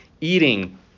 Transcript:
eating